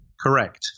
Correct